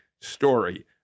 story